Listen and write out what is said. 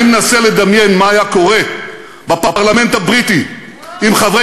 אני מנסה לדמיין מה היה קורה בפרלמנט הבריטי אם חברי